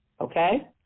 okay